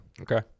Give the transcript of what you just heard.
Okay